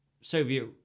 Soviet